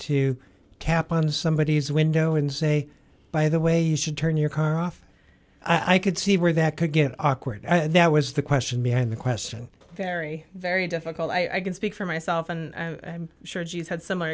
to cap on somebodies window and say by the way you should turn your car off i could see where that could get awkward and that was the question behind the question very very difficult i can speak for myself and i'm sure she's had similar